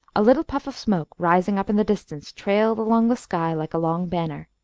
a little puff of smoke, rising up in the distance, trailed along the sky like a long banner.